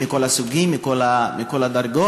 מכל הסוגים ומכל הדרגות.